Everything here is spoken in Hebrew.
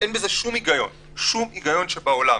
אין בזה שום היגיון, שום היגיון שבעולם.